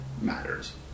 matters